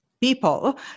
people